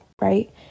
right